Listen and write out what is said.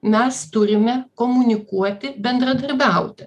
mes turime komunikuoti bendradarbiauti